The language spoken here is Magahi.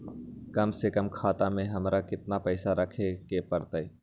कम से कम खाता में हमरा कितना पैसा रखे के परतई?